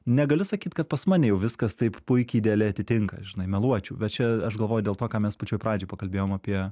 negaliu sakyt kad pas mane jau viskas taip puikiai idealiai atitinka žinai meluočiau bet čia aš galvoju dėl to ką mes pačioj pradžioj pakalbėjom apie